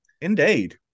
Indeed